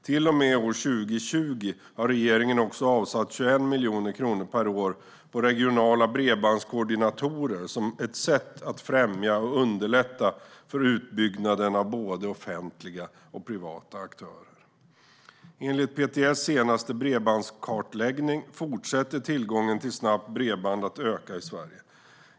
Till och med år 2020 har regeringen också avsatt 21 miljoner kronor per år på regionala bredbandskoordinatorer som ett sätt att främja och underlätta för utbyggnaden av både offentliga och privata aktörer. Enligt PTS senaste bredbandskartläggning fortsätter tillgången till snabbt bredband att öka i Sverige.